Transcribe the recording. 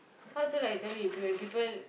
how to like you tell me when people